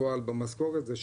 בפועל במשכורת זה שקל,